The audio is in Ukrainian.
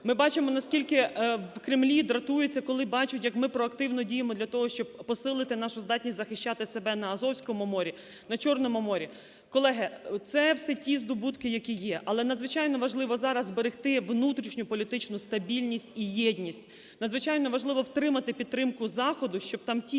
Ми бачимо, наскільки в Кремлі дратуються, коли бачать, як ми проактивно діємо для того, щоб посилити нашу здатність захищати себе на Азовському морі, на Чорному морі. Колеги, це все ті здобутки, які є. Але надзвичайно важливо зараз зберегти внутрішню політичну стабільність і єдність. Надзвичайно важливо втримати підтримку Заходу, щоб там ті,